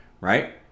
right